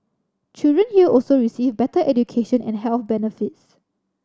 children here also receive better education and health benefits